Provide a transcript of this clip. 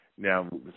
Now